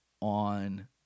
on